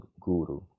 guru